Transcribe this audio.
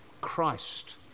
Christ